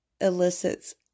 elicits